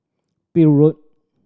Peel Road